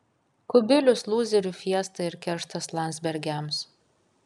kubilius lūzerių fiesta ir kerštas landsbergiams